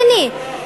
דבר שני,